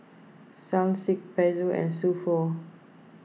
Sunsilk Pezzo and So Pho